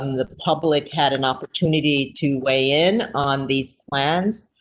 um the public had an opportunity to weigh in on these plans.